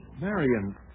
Marion